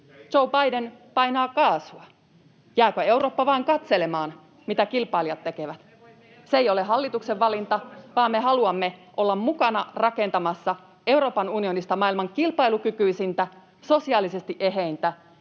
Joe Biden painaa kaasua. Jääkö Eurooppa vain katselemaan, mitä kilpailijat tekevät? [Välihuuto perussuomalaisten ryhmästä] Se ei ole hallituksen valinta, vaan me haluamme olla mukana rakentamassa Euroopan unionista maailman kilpailukykyisintä, sosiaalisesti eheintä